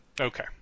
Okay